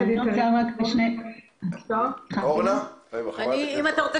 אני רוצה